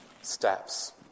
Steps